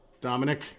Dominic